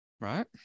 right